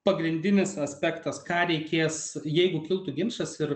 pagrindinis aspektas ką reikės jeigu kiltų ginčas ir